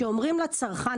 כשאומרים לצרכן,